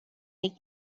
they